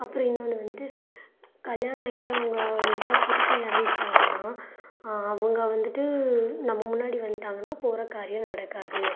அப்புறம் இன்னொன்று வந்துவிட்டு கல்யாணம் ஆகிட்டு அவங்க வந்துவிட்டு புருஷன் இறந்துட்டாங்கன்னா அவங்க வந்துவிட்டு நம்ம முன்னாடி வந்துவிட்டாங்கன்னா போகிற காரியம் நடக்காது